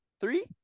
three